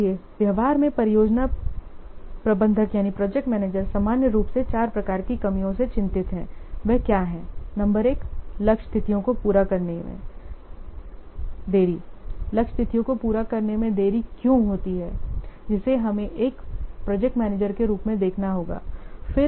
इसलिए व्यवहार में प्रोजेक्ट मैनेजर सामान्य रूप से चार प्रकार की कमियों से चिंतित हैं वे क्या हैं नंबर एक लक्ष्य तिथियों को पूरा करने में देरी लक्ष्य तिथियों को पूरा करने में देरी क्यों होती है जिसे हमें एक प्रोजेक्ट मैनेजर के रूप में देखना होगा